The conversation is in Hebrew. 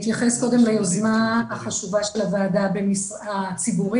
ולהתייחס קודם ליוזמה החשובה של הוועדה הציבורית